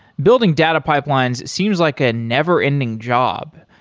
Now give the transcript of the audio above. building data pipelines seems like a never-ending job,